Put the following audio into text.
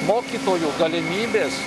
mokytojų galimybės